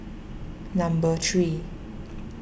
number three